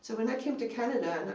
so when i came to canada,